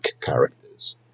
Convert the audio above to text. characters